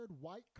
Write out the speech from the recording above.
white